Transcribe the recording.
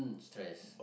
stress